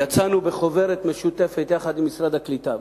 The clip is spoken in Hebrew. הוצאנו בחוברת משותפת עם משרד הקליטה,